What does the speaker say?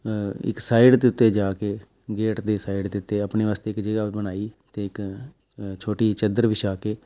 ਇੱਕ ਸਾਈਡ ਦੇ ਉੱਤੇ ਜਾ ਕੇ ਗੇਟ ਦੀ ਸਾਈਡ ਦੇ ਉੱਤੇ ਆਪਣੇ ਵਾਸਤੇ ਇੱਕ ਜਗਾ ਬਣਾਈ ਅਤੇ ਇੱਕ ਛੋਟੀ ਚਾਦਰ ਵਿਛਾ ਕੇ